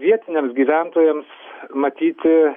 vietiniams gyventojams matyti